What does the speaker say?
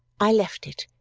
i left it,